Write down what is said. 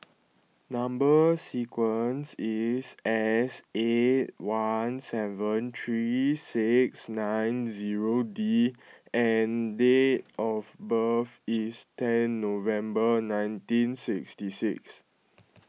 Number Sequence is S eight one seven three six nine zero D and date of birth is ten November nineteen sixty six